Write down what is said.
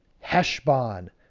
Heshbon